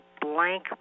blank